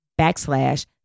backslash